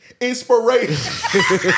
Inspiration